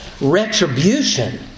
retribution